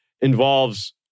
involves